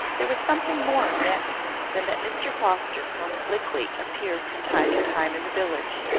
there was something more meant than that mr foster from blickley appeared from time to time in the village.